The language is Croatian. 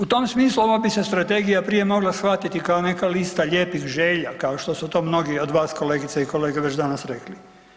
U tom smislu ova bi se strategija prije mogla shvatiti kao neka lista lijepih želja kao što su to mnogi od vas kolegice i kolege već danas rekli.